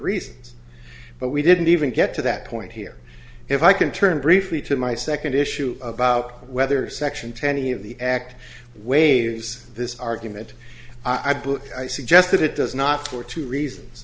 reasons but we didn't even get to that point here if i can turn briefly to my second issue about whether section twenty of the act waves this argument i believe i suggested it does not for two reasons